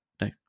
no